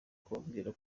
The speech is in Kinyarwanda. kubabwira